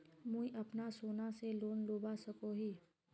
मुई अपना सोना से लोन लुबा सकोहो ही?